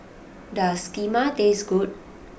does Kheema taste good